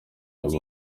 aba